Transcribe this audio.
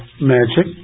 magic